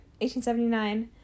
1879